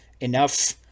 enough